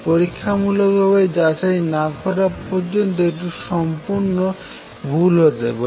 পরীক্ষামূলকভাবে যাচাই না করা পর্যন্ত এটি সম্পূর্ণ ভুল হতে পারে